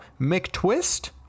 McTwist